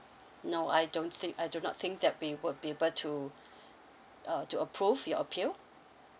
no I don't think I do not think that we will be able to uh to approve your appeal